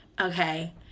Okay